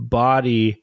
body